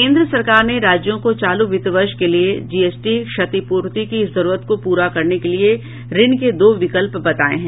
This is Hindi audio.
केंद्र सरकार ने राज्यों को चालू वित्त वर्ष के लिए जीएसटी क्षतिपूर्ति की जरूरत को पूरा करने के लिए ऋण के दो विकल्प बताए हैं